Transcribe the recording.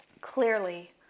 clearly